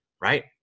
Right